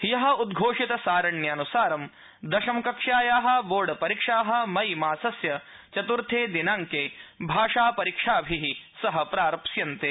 ह्यः उद्घोषित सारण्यन्सार दशम कक्ष्यायाः बोर्ड परीक्षाः मई मासस्य चत्र्थे दिनाड्के भाषा परीक्षाभिः प्रारप्स्यन्ते